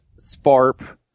SPARP